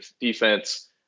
defense